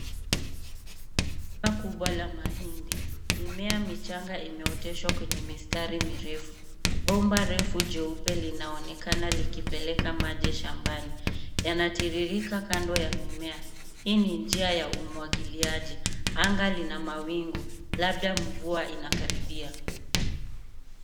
...kubwa la mahindi. Mimea michanga imeoteshwa kwenye mistari mirefu. Bomba refu jeupe linaokana likipeleka maji shambani. Yanatiririka kando ya mimea. Hii ni njia ya umwagiliaji. Anga lina mawingu, labda mvua inakaribia.